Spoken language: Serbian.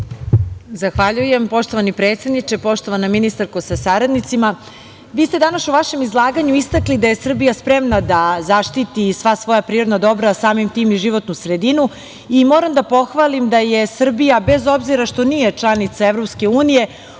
Zahvaljujem. Poštovani predsedniče, poštovana ministarko sa saradnicima, vi ste danas u vašem izlaganju istakli da je Srbija spremna da zaštiti sva svoja prirodna dobra a samim tim i životnu sredinu i moram da pohvalim da je Srbija, bez obzira što nije članica EU, uključena